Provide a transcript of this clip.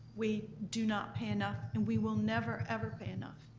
we do not pay enough, and we will never, ever pay enough.